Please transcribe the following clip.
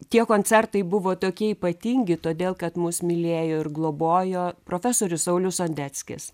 tie koncertai buvo tokie ypatingi todėl kad mus mylėjo ir globojo profesorius saulius sondeckis